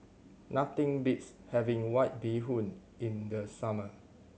nothing beats having White Bee Hoon in the summer